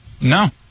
no